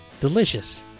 Delicious